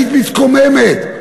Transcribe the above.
היית מתקוממת,